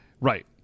Right